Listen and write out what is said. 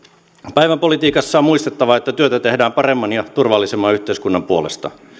päivänpolitiikassa on muistettava että työtä tehdään paremman ja turvallisemman yhteiskunnan puolesta